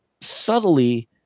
subtly